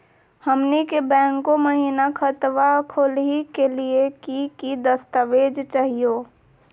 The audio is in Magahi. हमनी के बैंको महिना खतवा खोलही के लिए कि कि दस्तावेज चाहीयो?